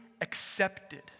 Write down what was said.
accepted